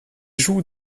joue